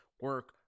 Work